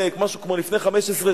אדוני היושב-ראש,